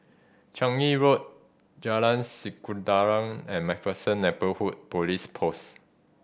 Changi Road Jalan Sikudanran and Macpherson Neighbourhood Police Post